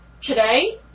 today